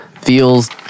Feels